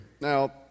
Now